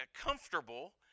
comfortable